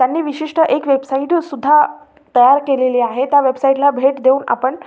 त्यांनी विशिष्ट एक वेबसाईट सुद्धा तयार केलेली आहे त्या वेबसाईटला भेट देऊन आपण